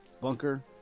bunker